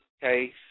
case